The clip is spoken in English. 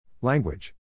Language